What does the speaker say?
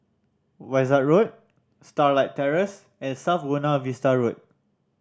Wishart Road Starlight Terrace and South Buona Vista Road